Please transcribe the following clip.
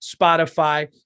Spotify